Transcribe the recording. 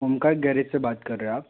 Omkar garage से बात कर रहे हो आप